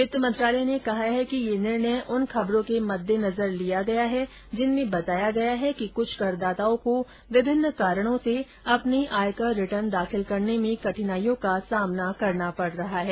वित्त मंत्रालय ने कहा कि यह निर्णय उन खबरों के मद्देनजर लिया गया है जिनमें बताया गया है कि कुछ करदाताओं को विभिन्न कारणों से अपने आयकर रिटर्न दाखिल करने में कठिनाइयों का सामना करना पड़ रहा है